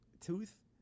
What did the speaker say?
tooth